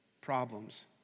problems